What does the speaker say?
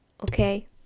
Okay